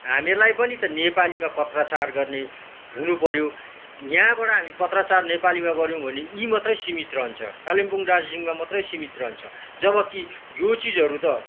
हामीहरूलाई पनि त नेपालीमा पत्रचार गर्ने हुनु पर्यो यहाँबाट हामी पत्रचार नेपालीमा गर्यौँ भने यहीँ मात्र सिमित रहन्छ कालिम्पोङ दार्जिलिङमा मात्र सिमित रहन्छ जब कि यो चिजहरू त